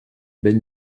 ben